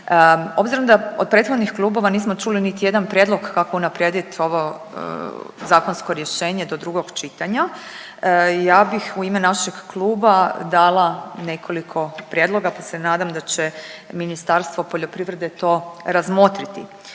Obzirom da od prethodnih klubova nismo čuli niti jedan prijedlog kako unaprijed ovo zakonsko rješenje do drugoga čitanja, ja bih u ime našeg kluba dala nekoliko prijedloga pa se nadam da će Ministarstvo poljoprivrede to razmotriti.